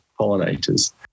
pollinators